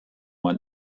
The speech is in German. man